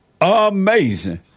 Amazing